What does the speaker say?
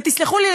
ותסלחו לי,